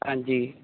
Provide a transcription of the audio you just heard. ਹਾਂਜੀ